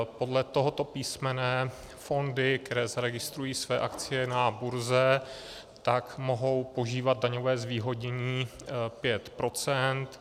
Podle tohoto písmene fondy, které zaregistrují svoje akcie na burze, mohou požívat daňové zvýhodnění 5 %.